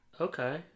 okay